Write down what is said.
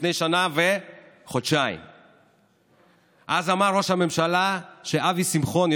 אז אמר ראש הממשלה שאבי שמחון,